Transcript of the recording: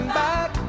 back